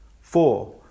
four